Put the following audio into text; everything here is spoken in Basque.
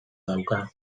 dauka